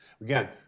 Again